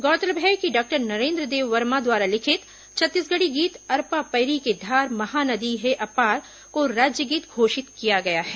गौरतलब है कि डॉक्टर नरेन्द्र देव वर्मा द्वारा लिखित छत्तीसगढ़ी गीत अरपा पइरी के धार महानदी हे अपार को राज्य गीत घोषित किया गया है